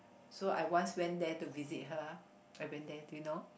so I once went there to visit her I've been there too you know